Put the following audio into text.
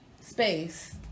Space